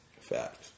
Fact